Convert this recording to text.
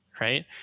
right